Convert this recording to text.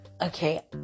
Okay